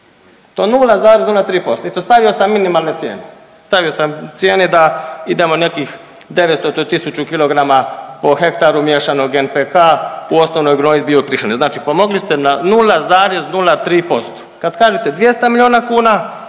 to 0,03% i to stavio sam minimalne cijene, stavio sam cijene da idemo nekih 900 do 1000 kg po hektaru miješanog NPK u osnovnoj gnojidbi…/Govornik se ne razumije/…, znači pomogli ste na 0,03%. Kad kažete 200 miliona kuna,